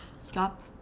Stop